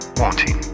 wanting